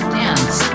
dance